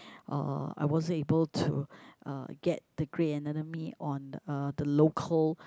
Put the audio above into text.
uh I wasn't able to uh get the grey anatomy on uh the local